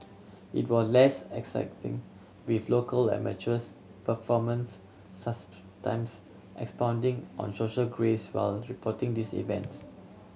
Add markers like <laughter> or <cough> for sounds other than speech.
it was less exacting with local amateurs performance <unintelligible> times expounding on social graces while reporting these events